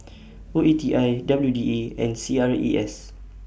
O E T I W D A and A C R E S